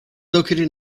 located